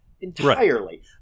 entirely